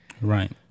right